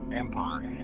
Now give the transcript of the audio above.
empire